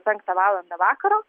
penktą valandą vakaro